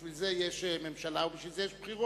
בשביל זה יש ממשלה, ובשביל זה יש בחירות,